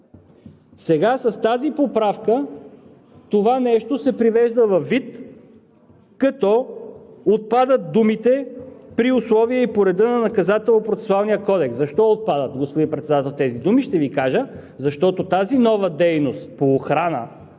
Сега с тази поправка това нещо се привежда във вид – като отпадат думите „при условия и по реда на Наказателно-процесуалния кодекс“. Защо отпадат, господин Председател, тези думи? Ще Ви кажа. Защото тази нова дейност по охрана